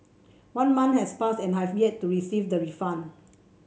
one month has passed and I have yet to receive the refund